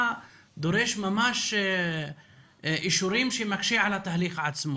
דורש ממש אישורים שמקשים על התהליך עצמו,